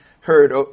heard